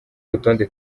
rutonde